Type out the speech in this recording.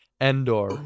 Endor